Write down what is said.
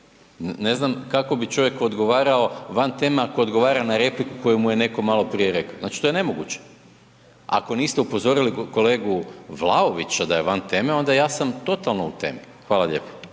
Ne znam kako bi čovjek odgovarao van teme ako odgovara na repliku koju mu je netko malo prije rekao, znači to je nemoguće. Ako niste upozorili kolegu Vlaovića da je van teme onda ja sam totalno u temi. Hvala lijepo.